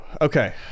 okay